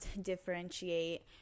differentiate